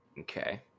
Okay